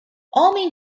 homem